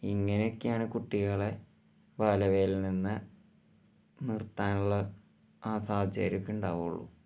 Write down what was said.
ഇങ്ങനെയൊക്കെയാണ് കുട്ടികളെ ബാലവേലയില് നിന്ന് നിര്ത്താനുള്ള ആ സാഹചര്യം ഒക്കെ ഉണ്ടാവുള്ളൂ